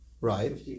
Right